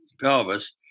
pelvis